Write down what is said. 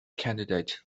candidate